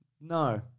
No